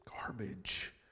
garbage